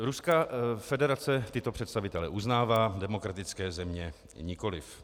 Ruská federace tyto představitele uznává, demokratické země nikoliv.